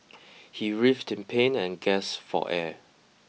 he writhed in pain and gasped for air